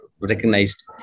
recognized